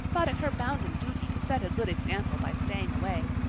thought it her bounden duty to set a good example by staying away.